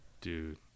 Dude